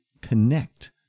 connect